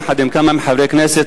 יחד עם כמה חברי כנסת,